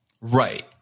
Right